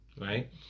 right